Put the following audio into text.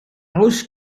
oes